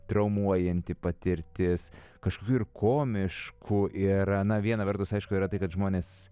traumuojanti patirtis kažkokių ir komiškų ir na viena vertus aišku yra tai kad žmonės